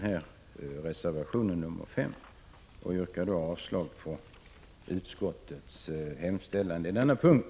Jag yrkar således avslag på utskottets hemställan på den punkten.